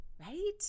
right